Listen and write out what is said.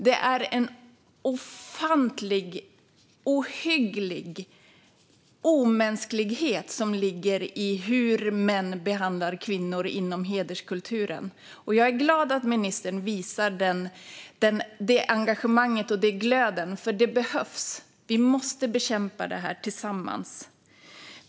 Det är en ofantlig och ohygglig omänsklighet som ligger i hur män behandlar kvinnor inom hederskulturen. Jag är glad att ministern visar detta engagemang och denna glöd, för det behövs. Vi måste bekämpa detta tillsammans.